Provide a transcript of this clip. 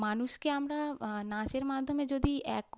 মানুষকে আমরা নাচের মাধ্যমে যদি এক